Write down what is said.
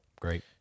great